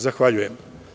Zahvaljujem.